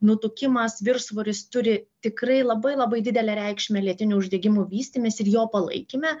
nutukimas viršsvoris turi tikrai labai labai didelę reikšmę lėtinių uždegimų vystymesi ir jo palaikyme